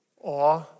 awe